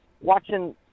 watching